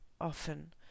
often